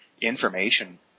information